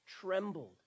trembled